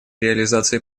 реализации